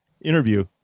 interview